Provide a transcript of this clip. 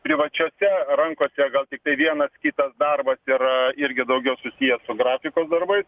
privačiose rankose gal tiktai vienas kitas darbas yra irgi daugiau susijęs su grafikos darbais